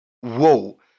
whoa